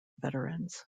veterans